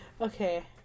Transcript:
Okay